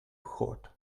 hot